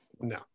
No